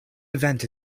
event